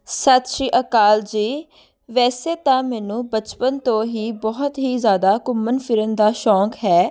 ਸਤਿ ਸ਼੍ਰੀ ਅਕਾਲ ਜੀ ਵੈਸੇ ਤਾਂ ਮੈਨੂੰ ਬਚਪਨ ਤੋਂ ਹੀ ਬਹੁਤ ਹੀ ਜ਼ਿਆਦਾ ਘੁੰਮਣ ਫਿਰਨ ਦਾ ਸ਼ੌਂਕ ਹੈ